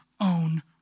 own